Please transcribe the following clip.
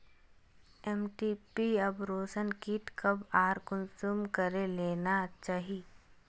MTP abortion kit कब आर कुंसम करे लेना चही?